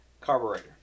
carburetor